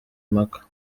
impaka